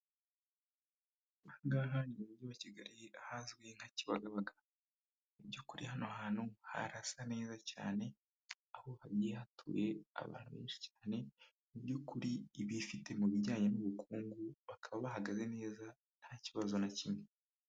Ahangaha ni mumugi wa kigali ahazwi nka kibagabaga mu by'ukuri hano hantu harasa neza cyane aho hagiye hatuye abantu benshi cyane mu by'ukuri bifite mu bijyanye n'ubukungu bakaba bahagaze neza nta kibazo na kimwe.